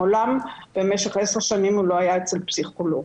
מעולם במשך עשר שנים הוא לא היה אצל פסיכולוג.